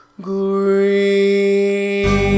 green